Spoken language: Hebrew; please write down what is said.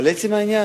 אבל לעצם העניין,